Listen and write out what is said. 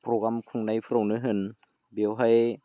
programme खुंनायफोरावनो होन बेवहाय